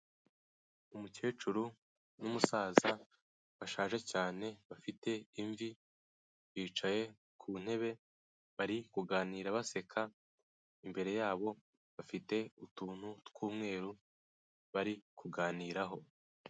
Umukecuru n'umusaza bashaje cyane bafite imvi, bicaye ku ntebe bari kuganira baseka. Imbere yabo bafite utuntu bari kuganiraho.